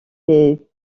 les